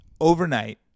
Overnight